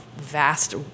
vast